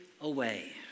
away